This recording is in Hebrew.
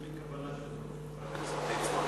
אין לי כוונה כזאת, חבר הכנסת ליצמן.